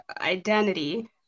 identity